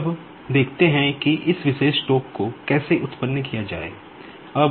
अब देखते हैं कि इस विशेष टोक़ पर चर्चा करते समय